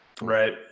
Right